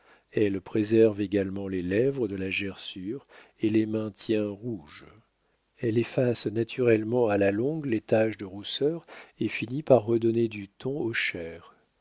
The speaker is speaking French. elle préserve également les lèvres de la gerçure et les maintient rouges elle efface naturellement à la longue les taches de rousseur et finit par redonner du ton aux chairs